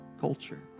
culture